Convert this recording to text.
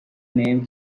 name